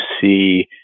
see